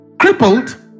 crippled